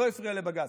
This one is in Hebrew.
לא הפריע לבג"ץ.